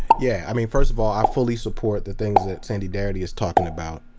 yeah, i mean first of all i fully support the things that sandy darity is talking about.